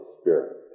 Spirit